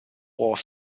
was